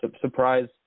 surprise